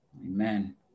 Amen